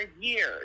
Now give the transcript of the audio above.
years